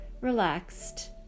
relaxed